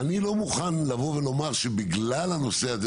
אני לא מוכן לבוא ולומר שבגלל הנושא הזה